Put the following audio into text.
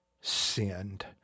sinned